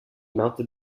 melted